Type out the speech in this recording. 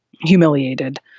humiliated